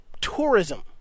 tourism